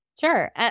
Sure